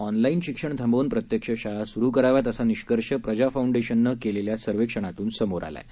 online शिक्षण थांबवून प्रत्यक्ष शाळा सुरू कराव्यात असा निष्कर्ष प्रजा फाऊंडेशननं केलेल्या सर्वेक्षणातून समोर आला आहे